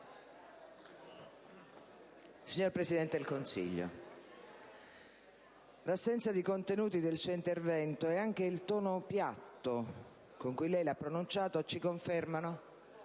signor Presidente del Consiglio, l'assenza di contenuti nel suo intervento e anche il tono piatto con cui l'ha pronunciato ci confermano